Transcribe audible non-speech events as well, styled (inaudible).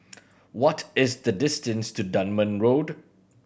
(noise) what is the distance to Dunman Road